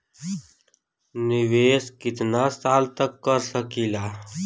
निवेश कितना साल तक कर सकीला?